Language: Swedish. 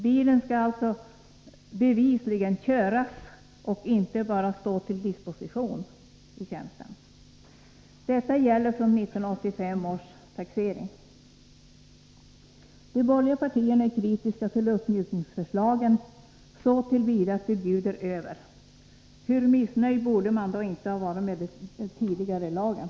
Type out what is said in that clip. Bilen skall bevisligen köras och inte bara stå till disposition i tjänsten. Detta gäller från 1985 års taxering. De borgerliga partierna är kritiska till uppmjukningsförslagen så till vida att de bjuder över. Hur missnöjda borde de då inte ha varit med den tidigare lagen.